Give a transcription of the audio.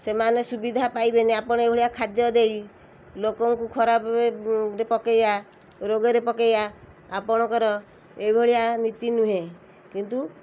ସେମାନେ ସୁବିଧା ପାଇବେନି ଆପଣ ଏଇଭଳିଆ ଖାଦ୍ୟ ଦେଇ ଲୋକଙ୍କୁ ଖରାପ ପକେଇବା ରୋଗରେ ପକେଇବା ଅପଣଙ୍କର ଏଇଭଳିଆ ନୀତି ନୁହେଁ କିନ୍ତୁ